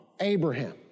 Abraham